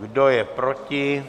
Kdo je proti?